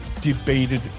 debated